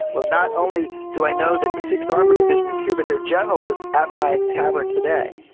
well, not only do i know that the sixth armored division is here, but their general was at my tavern today.